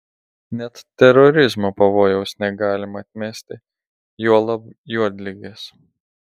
net terorizmo pavojaus negalima atmesti juolab juodligės